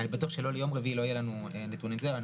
אני בטוח שיום רביעי עוד לא יהיו לנו נתונים אבל אני